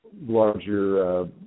larger